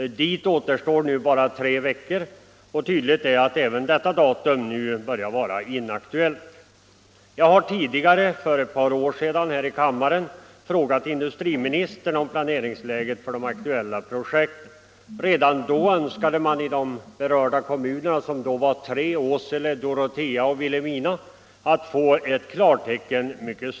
Det återstår nu bara tre veckor, och tydligen börjar även detta datum vara inaktuellt. Jag har tidigare, för ett par år sedan, i kammaren frågat industriministern om planeringsläget för de aktuella projekten. Redan då önskade man i de berörda kommunerna, som då var tre — Åsele, Dorotea och Vilhelmina — mycket snabbt få ett klartecken.